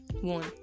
One